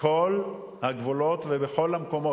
כל הגבולות ובכל המקומות.